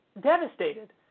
devastated